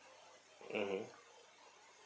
mmhmm